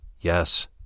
Yes